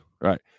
right